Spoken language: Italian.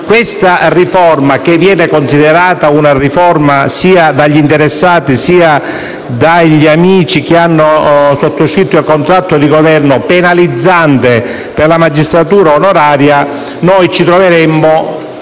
questa riforma (considerata sia dagli interessati, che dagli amici che hanno sottoscritto il contratto di Governo penalizzante per la magistratura onoraria) noi ci troveremmo